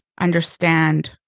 understand